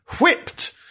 whipped